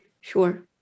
Sure